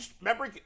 Remember